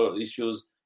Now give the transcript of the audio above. issues